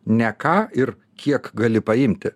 ne ką ir kiek gali paimti